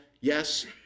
Yes